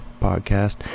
podcast